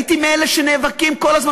הייתי מאלה שנאבקים כל הזמן,